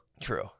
True